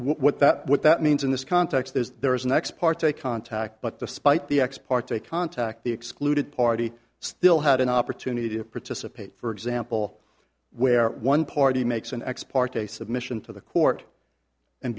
what that what that means in this context is there was an ex parte contact but despite the ex parte contact the excluded party still had an opportunity to participate for example where one party makes an ex parte submission to the court and